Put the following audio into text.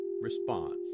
response